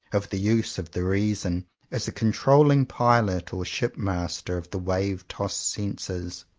of the use of the reason as a controlling pilot or ship-master of the wave-tossed senses.